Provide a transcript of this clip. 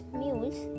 mules